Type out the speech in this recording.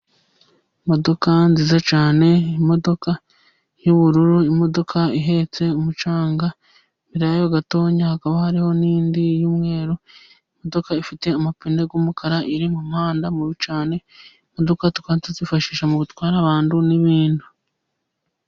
Imodoka nziza cyane, imodoka yubururu, imodoka ihetse umucanga. Imbere yayo gato hakaba hariho n'indi yumweru. Imodoka ifite amapine y'umukara, iri mumuhanda mubi cyane, imodoka tukaba tuzifashisha mu gutwara abantu n'ibintu.